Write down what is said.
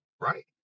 right